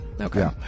okay